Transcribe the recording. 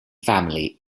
family